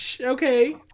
okay